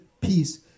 peace